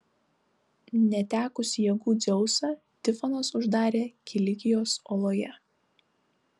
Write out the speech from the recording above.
netekusį jėgų dzeusą tifonas uždarė kilikijos oloje